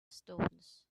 stones